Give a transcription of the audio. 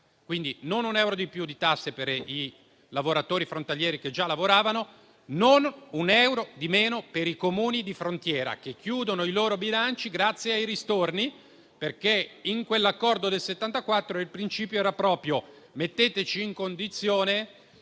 non un euro di più di tasse per i lavoratori frontalieri che già lavoravano, non un euro di meno per i Comuni di frontiera che chiudono i loro bilanci grazie ai ristorni. Nell'accordo del 1974 il principio era proprio di essere messi in condizione